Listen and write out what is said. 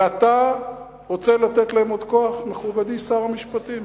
ואתה רוצה לתת להם עוד כוח, מכובדי שר המשפטים?